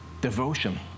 Devotion